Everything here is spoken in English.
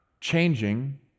changing